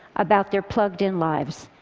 about their plugged in lives.